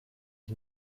ich